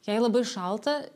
jei labai šalta